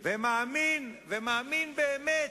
ומאמין באמת,